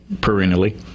perennially